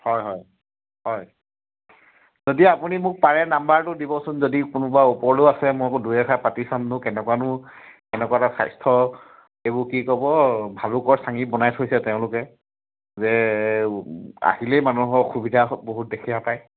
হয় হয় হয় যদি আপুনি মোক পাৰে নাম্বাৰটো দিবচোন যদি কোনোবা ওপৰলৈয়ো আছে মই বোলো দুই এষাৰ পাতি চাম বাৰু কেনেকুৱানো কেনেকুৱা এটা স্বাস্থ্য এইবোৰ কি ক'ব ভালুকৰ চাঙি বনাই থৈছে তেওঁলোকে যে আহিলেই মানুহৰ অসুবিধা বহুত দেখা পায়